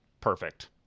perfect